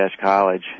College